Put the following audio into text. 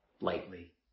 lightly